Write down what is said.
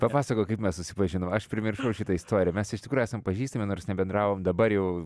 papasakok kaip mes susipažinom aš primiršau šitą istoriją mes iš tikrųjų esam pažįstami nors nebendravom dabar jau